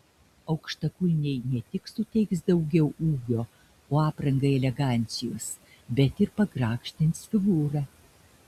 aukštakulniai ne tik suteiks daugiau ūgio o aprangai elegancijos bet ir pagrakštins figūrą